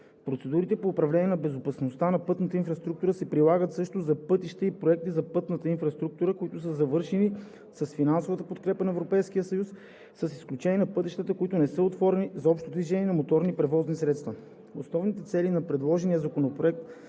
Процедурите по управлението на безопасността на пътната инфраструктура се прилагат също за пътища и проекти за пътна инфраструктура, които са завършени с финансовата подкрепа на Европейския съюз, с изключение на пътищата, които не са отворени за общо движение на моторни превозни средства. Основните цели на предложения Законопроект